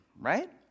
Right